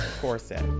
corset